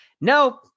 No